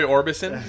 Orbison